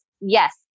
yes